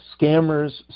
Scammers